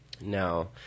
Now